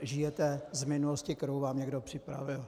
Žijete z minulosti, kterou vám někdo připravil.